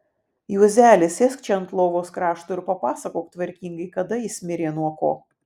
juozeli sėsk čia ant lovos krašto ir papasakok tvarkingai kada jis mirė nuo ko